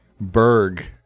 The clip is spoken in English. Berg